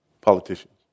Politicians